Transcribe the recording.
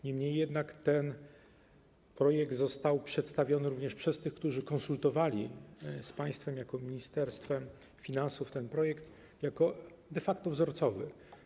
Niemniej jednak ten projekt został przedstawiony również przez tych, którzy konsultowali go z państwem jako Ministerstwem Finansów, jako de facto projekt wzorcowy.